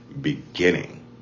beginning